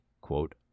quote